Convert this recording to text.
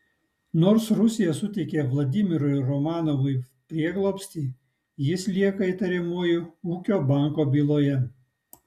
nors rusija suteikė vladimirui romanovui prieglobstį jis lieka įtariamuoju ūkio banko byloje